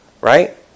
right